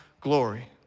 glory